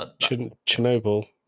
Chernobyl